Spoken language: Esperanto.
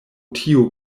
tiu